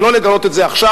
ולא לגלות את זה עכשיו,